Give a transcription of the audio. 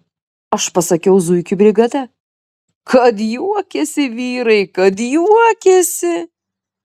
aš pasakiau zuikių brigada kad juokėsi vyrai kad juokėsi